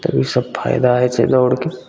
ईसब फायदा होइ छै दौड़के